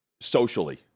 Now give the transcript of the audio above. socially